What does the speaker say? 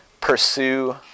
pursue